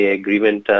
agreement